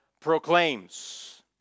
proclaims